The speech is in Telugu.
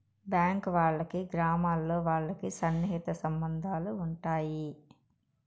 బ్యాంక్ వాళ్ళకి గ్రామాల్లో వాళ్ళకి సన్నిహిత సంబంధాలు ఉంటాయి